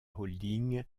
holding